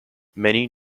many